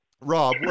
Rob